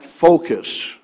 focus